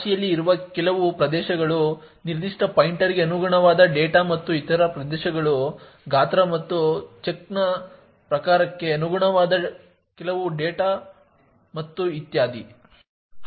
ರಾಶಿಯಲ್ಲಿ ಇರುವ ಕೆಲವು ಪ್ರದೇಶಗಳು ನಿರ್ದಿಷ್ಟ ಪಾಯಿಂಟರ್ಗೆ ಅನುಗುಣವಾದ ಡೇಟಾ ಮತ್ತು ಇತರ ಪ್ರದೇಶಗಳು ಗಾತ್ರ ಮತ್ತು ಚಂಕ್ನ ಪ್ರಕಾರಕ್ಕೆ ಅನುಗುಣವಾದ ಕೆಲವು ಮೆಟಾಡೇಟಾ ಮತ್ತು ಇತ್ಯಾದಿ